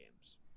games